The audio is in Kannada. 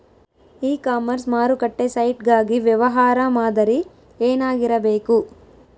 ಇ ಕಾಮರ್ಸ್ ಮಾರುಕಟ್ಟೆ ಸೈಟ್ ಗಾಗಿ ವ್ಯವಹಾರ ಮಾದರಿ ಏನಾಗಿರಬೇಕು?